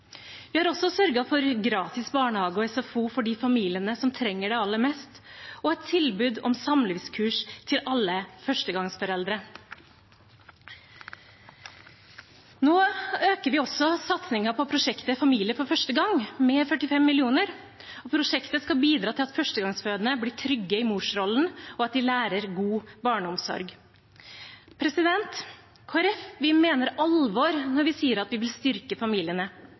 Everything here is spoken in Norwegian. Vi har også sørget for gratis barnehage og SFO for de familiene som trenger det aller mest, og et tilbud om samlivskurs til alle førstegangsforeldre. Nå øker vi også satsingen på prosjektet «Familie for første gang» med 45 mill. kr. Prosjektet skal bidra til at førstegangsfødende blir trygge i morsrollen, og at de lærer god barneomsorg. Kristelig Folkeparti mener alvor når vi sier at vi vil styrke familiene.